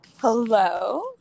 hello